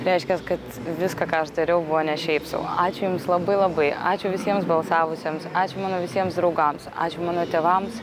reiškias kad viską ką aš dariau buvo ne šiaip sau ačiū jums labai labai ačiū visiems balsavusiems ačiū mano visiems draugams ačiū mano tėvams